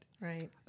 Right